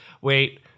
Wait